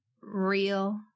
real